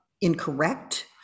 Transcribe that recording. incorrect